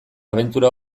abentura